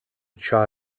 chai